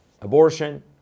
abortion